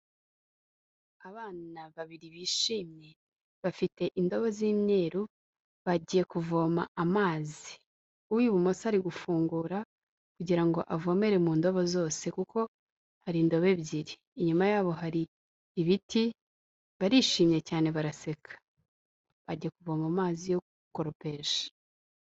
Abana babiri bishimye, bafite indobo z'imyeru, bagiye kuvoma amazi. Uw'ibumoso ari gufungura kugira ngo avomere mu ndobo zose kuko hari indobe ebyiri. Inyuma yabo hari ibiti, barishimye cyane baraseka. Bagiye kuvoma amazi yo gukoropesha.